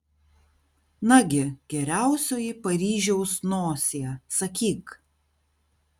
nagi geriausioji paryžiaus nosie sakyk